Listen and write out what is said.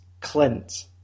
Clint